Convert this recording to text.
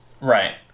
Right